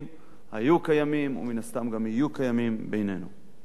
היו קיימים ומן הסתם גם יהיו קיימים בינינו.